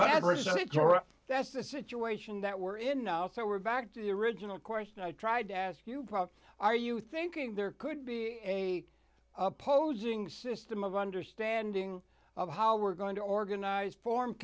sure that's the situation that we're in now so we're back to the original question i tried to ask you probably are you thinking there could be a opposing system of understanding of how we're going to organize for